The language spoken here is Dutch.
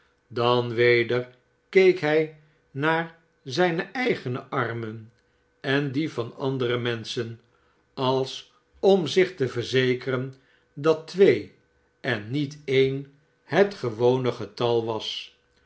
dan weder keek hij naar zijne eigene armen en die van andere menschen als om zich te verzekeren dat twee en niet een het gewone getal was